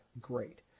great